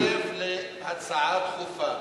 הוא מצטרף להצעה דחופה.